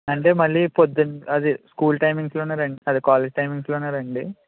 అంటే మళ్ళీ పొద్దున అది స్కూల్ టైమింగ్స్లోనే రండి అదే కాలేజ్ టైమింగ్స్లోనే రండి